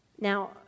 Now